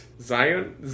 zion